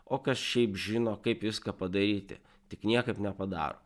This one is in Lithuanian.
o kas šiaip žino kaip viską padaryti tik niekaip nepadaro